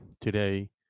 today